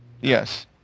Yes